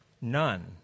None